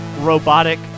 robotic